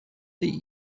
the